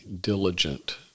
diligent